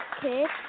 kids